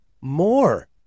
more